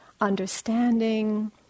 understanding